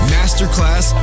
Masterclass